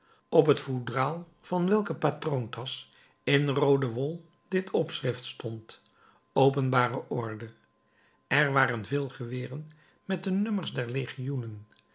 op het foudraal van welke patroontasch in roode wol dit opschrift stond openbare orde er waren veel geweren met de nummers